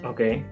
Okay